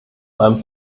ein